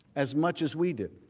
as much as we do.